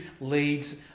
leads